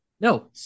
No